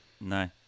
no